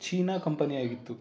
China ಕಂಪನಿಯಾಗಿತ್ತು